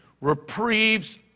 reprieves